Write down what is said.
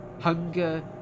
hunger